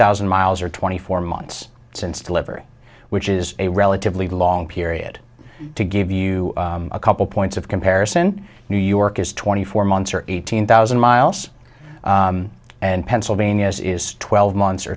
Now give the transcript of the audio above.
thousand miles or twenty four months since delivery which is a relatively long period to give you a couple points of comparison new york is twenty four months or eighteen thousand miles and pennsylvania is is twelve months